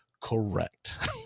correct